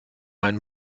einen